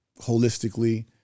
holistically